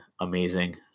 amazing